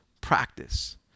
practice